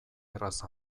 erraz